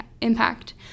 impact